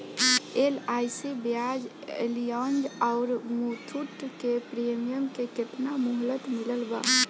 LIC Bajaj Allianz आउर मुथूट के premium के केतना मुहलत मिलल बा?